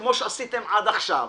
כפי שעשיתם עד עכשיו,